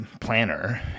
planner